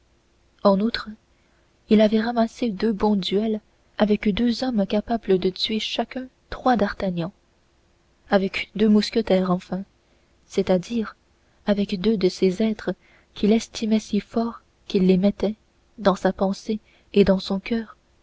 en outre il avait ramassé deux bons duels avec deux hommes capables de tuer chacun trois d'artagnan avec deux mousquetaires enfin c'est-à-dire avec deux de ces êtres qu'il estimait si fort qu'il les mettait dans sa pensée et dans son coeur